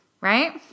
right